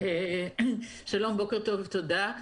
שלום בוקר טוב ותודה.